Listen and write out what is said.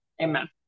amen